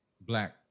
black